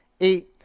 eight